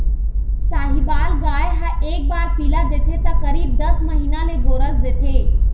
साहीवाल गाय ह एक बार पिला देथे त करीब दस महीना ले गोरस देथे